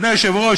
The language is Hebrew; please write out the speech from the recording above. אדוני היושב-ראש,